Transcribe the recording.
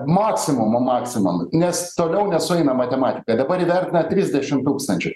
maksimumo maksimam nes toliau nesueina matematika dabar įvrtina trisdešim tūkstančių